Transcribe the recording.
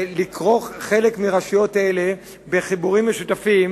לכרוך חלק מהרשויות האלה בחיבורים משותפים,